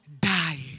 Die